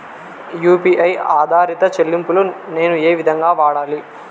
UPI U P I ఆధారిత చెల్లింపులు నేను ఏ విధంగా వాడాలి?